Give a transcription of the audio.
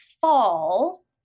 fall